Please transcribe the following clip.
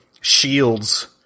shields